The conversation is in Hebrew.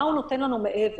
מה הוא נותן לנו מעבר?